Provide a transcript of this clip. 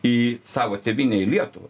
į savo tėvynę į lietuvą